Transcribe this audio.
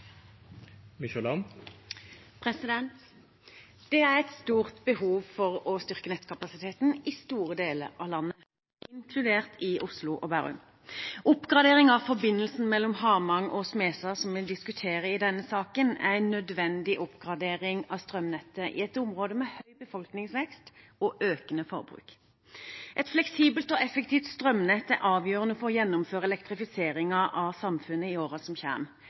Det er et stort behov for å styrke nettkapasiteten i store deler av landet, inkludert i Oslo og Bærum. Oppgradering av forbindelsen mellom Hamang og Smestad, som vi diskuterer i denne saken, er en nødvendig oppgradering av strømnettet i et område med høy befolkningsvekst og økende forbruk. Et fleksibelt og effektivt strømnett er avgjørende for å gjennomføre elektrifiseringen av samfunnet i årene som